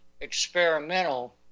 experimental